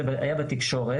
זה היה בתקשורת.